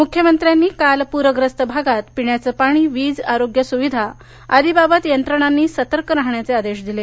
मुख्यमंत्र्यांनी काल प्रखस्त भागात पिण्याचं पाणी वीज आरोग्य सुविधा आदी बाबत यंत्रणांनी सतर्क राहण्याचे आदेश दिले